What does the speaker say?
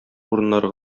урыннары